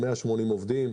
180 עובדים.